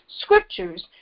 scriptures